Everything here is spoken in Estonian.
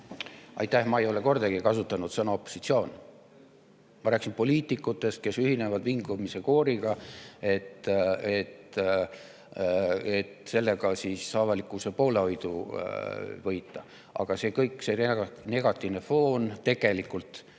Aitäh! Ma ei ole kordagi kasutanud sõna "opositsioon". Ma rääkisin poliitikutest, kes ühinevad vingumiskooriga, et sellega avalikkuse poolehoidu võita. Aga kogu see negatiivne foon tegelikult